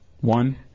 One